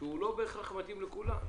שלא בהכרח מתאים לכולם.